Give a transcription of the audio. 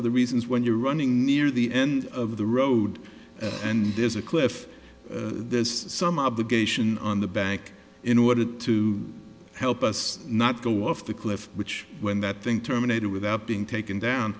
of the reasons when you're running near the end of the road and there's a cliff there's some of the geisha on the back in order to help us not go off the cliff which when that thing terminated without being taken down